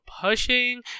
pushing